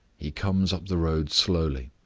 he comes up the road slowly,